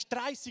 30